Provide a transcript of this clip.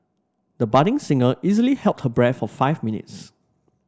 the budding singer easily held her breath for five minutes